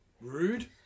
Rude